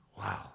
Wow